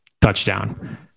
Touchdown